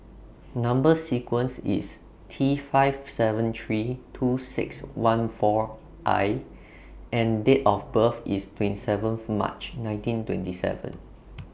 Number sequence IS T five seven three two six one four I and Date of birth IS twenty seventh March nineteen twenty seven